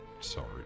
Sorry